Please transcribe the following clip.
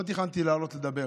לא תכננתי לעלות לדבר,